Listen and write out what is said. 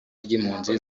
ry’impunzi